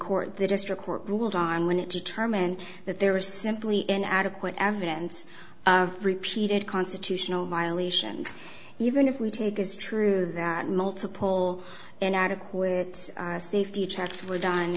district court ruled on when it determined that there was simply an adequate evidence of repeated constitutional violations even if we take as true that multiple inadequate safety checks were done